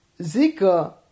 zika